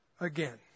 again